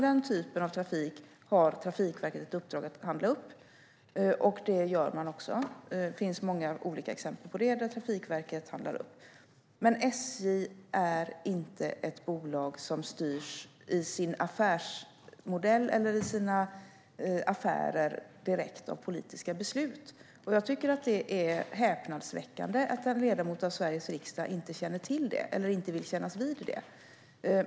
Den typen av trafik har Trafikverket ett uppdrag att handla upp. Det gör man också. Det finns många olika exempel där Trafikverket gör upphandlingar. SJ är inte ett bolag som styrs i sin affärsmodell eller i sina affärer direkt av politiska beslut. Det är häpnadsväckande att en ledamot av Sveriges riksdag inte känner till det eller inte vill kännas vid det.